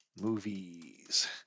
movies